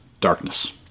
darkness